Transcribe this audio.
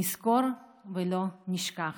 נזכור ולא נשכח.